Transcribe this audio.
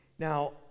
Now